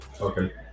Okay